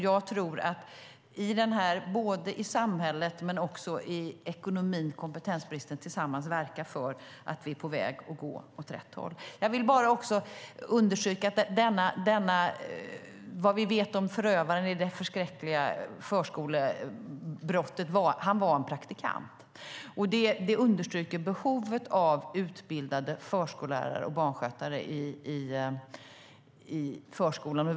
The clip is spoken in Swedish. Kompetensbristen gör att både samhälle och ekonomi verkar för att gå åt rätt håll. Till sist: Det vi vet om förövaren i det förskräckliga förskolebrottet är att han var praktikant. Det understryker behovet av utbildade förskolelärare och barnskötare i förskolan.